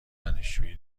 دانشجویی